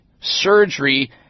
surgery